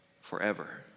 forever